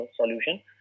solution